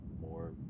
more